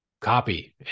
copy